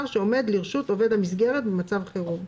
שעומד לרשות עובד המסגרת במצב חירום."